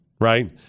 right